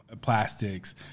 plastics